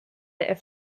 der